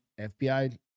FBI